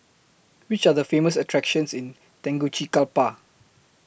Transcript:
Which Are The Famous attractions in Tegucigalpa